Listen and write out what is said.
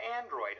android